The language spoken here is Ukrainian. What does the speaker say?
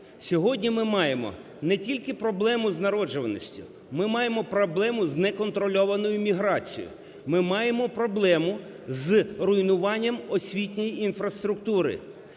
Сьогодні ми маємо не тільки проблему з народжуваністю, ми маємо проблему з неконтрольованою міграцією, ми маємо проблему з руйнуванням освітньої інфраструктури.